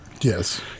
Yes